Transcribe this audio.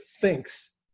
thinks